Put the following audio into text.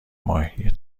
ماهی